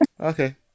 Okay